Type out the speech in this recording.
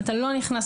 היא לא מועמדת,